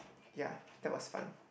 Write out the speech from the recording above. ya that was fun